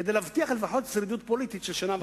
כדי להבטיח לפחות שרידות פוליטית של שנה וחצי.